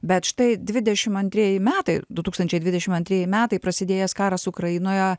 bet štai dvidešimt antrieji metai du tūkstančiai dvidešimt antrieji metai prasidėjęs karas ukrainoje